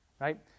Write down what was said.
right